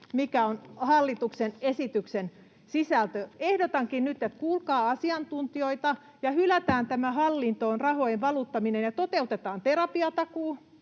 mikä on hallituksen esityksen sisältö. Ehdotankin nyt, että kuulkaa asiantuntijoita ja hylätään tämä hallintoon rahojen valuttaminen ja toteutetaan terapiatakuu.